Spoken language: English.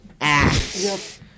ass